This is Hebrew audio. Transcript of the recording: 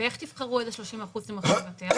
ואיך תבחרו איזה 30% אתם הולכים לבטח?